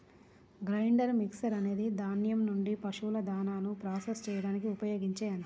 grinder mixer అనేది ధాన్యం నుండి పశువుల దాణాను ప్రాసెస్ చేయడానికి ఉపయోగించే యంత్రం